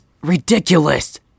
ridiculous